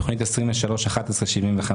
תכנית 23-11-75,